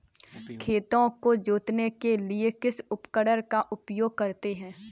खेत को जोतने के लिए किस उपकरण का उपयोग करते हैं?